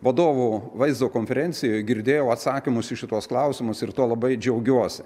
vadovų vaizdo konferencijoj girdėjau atsakymus į šituos klausimus ir tuo labai džiaugiuosi